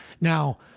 Now